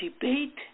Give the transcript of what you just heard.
debate